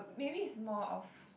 maybe it's more of